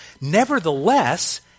Nevertheless